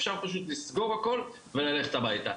אפשר פשוט לסגור הכול וללכת הביתה.